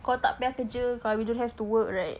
kau tak payah kerja kalau we don't have to work right